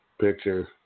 picture